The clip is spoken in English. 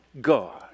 God